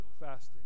fasting